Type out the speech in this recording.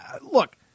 Look